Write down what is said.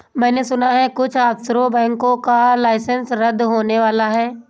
मैने सुना है कुछ ऑफशोर बैंकों का लाइसेंस रद्द होने वाला है